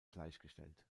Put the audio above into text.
gleichgestellt